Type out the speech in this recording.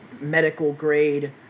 medical-grade